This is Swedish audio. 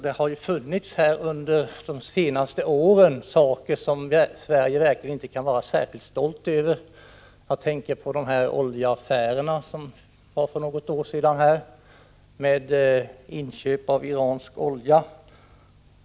Det har ju under de senaste åren hänt saker som Sverige verkligen inte kan vara särskilt stolt över. Jag tänker på oljeaffärerna för något år sedan — med inköp av iransk olja.